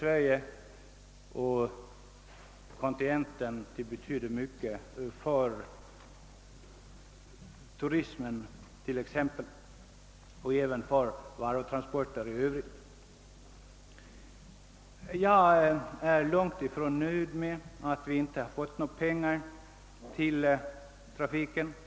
Fler än en linje kommer att betyda mycket för t.ex. turismen och även för varutransporter. Jag är långt ifrån nöjd med att vi åtminstone inte i första omgången fått de 53 miljoner till godstransporter som den Westerlindska utredningen = föreslog.